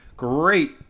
Great